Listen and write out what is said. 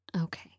Okay